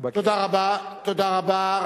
תודה רבה.